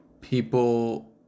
people